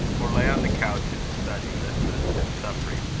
or lay on the couch in his study, listless and suffering.